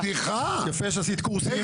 אני לא אכנס עכשיו לסוגיות רוויה, לא רוויה,